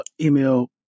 email